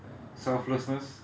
uh selflessness